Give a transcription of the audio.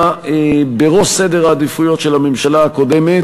בראש סדר העדיפויות של הממשלה הקודמת,